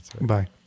Bye